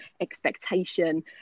expectation